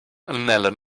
nel